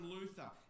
Luther